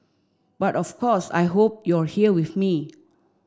but of course I hope you're here with me